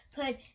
put